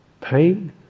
pain